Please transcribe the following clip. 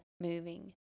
moving